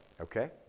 Okay